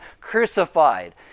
crucified